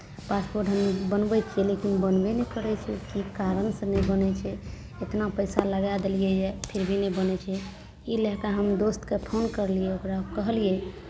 passport बनबै छियै लेकिन बनबे नहि करै छै की कारणसँ नहि बनै छै इतना पैसा लगा देलियैए फिर भी नहि बनै छै ई लऽ कऽ हम दोस्तकेँ फोन करलियै ओकरा कहलियै